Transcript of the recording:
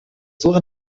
suche